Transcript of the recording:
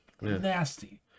nasty